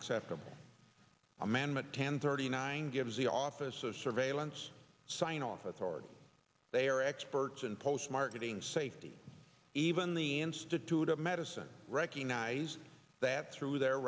acceptable amendment ten thirty nine gives the office of surveillance sign off authority they are experts and post marketing safety even the institute of medicine recognized that through their